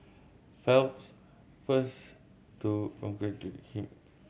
Phelps first to him